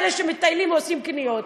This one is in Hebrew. מאלה שמטיילים או עושים קניות,